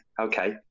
okay